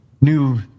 new